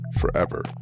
forever